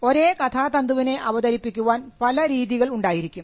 ഒരേ കഥാതന്തുവിനെ അവതരിപ്പിക്കാൻ പല രീതികൾ ഉണ്ടായിരിക്കും